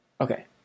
okay